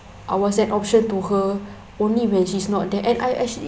I was an option to her only when she's not there and I actually